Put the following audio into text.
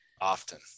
often